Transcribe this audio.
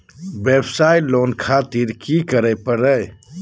वयवसाय लोन खातिर की करे परी?